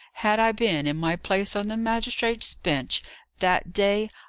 had i been in my place on the magistrates' bench that day,